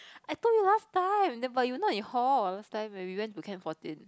I told you last time then~ but you not in hall last time when we went to can fourteen